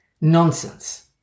nonsense